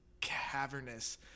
cavernous